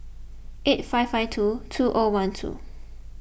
eight five five two two O one two